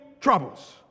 troubles